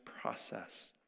process